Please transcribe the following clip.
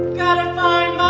gotta find